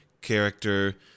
character